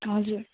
हजुर